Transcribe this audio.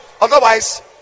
otherwise